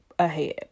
Ahead